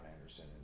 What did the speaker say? Anderson